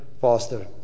faster